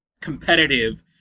competitive